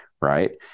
right